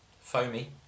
Foamy